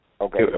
Okay